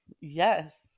Yes